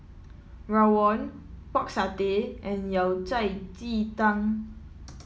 Rawon Pork Satay and Yao Cai Ji Tang